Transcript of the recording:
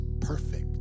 perfect